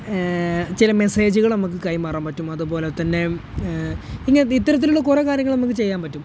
ചില മെസ്സേജുകൾ നമുക്ക് കൈമാറാൻ പറ്റും അതുപോലെത്തന്നെ ഇങ്ങനത്തെ ഈ ഇത്തരത്തിലുള്ള കുറേ കാര്യങ്ങൾ നമുക്ക് ചെയ്യാൻ പറ്റും